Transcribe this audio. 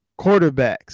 quarterbacks